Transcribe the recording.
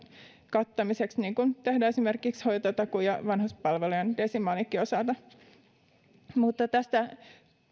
kattamiseksi niin kuin tehdään esimerkiksi hoitotakuun ja vanhuspalvelujen desimaalienkin osalta mutta tästä